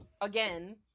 again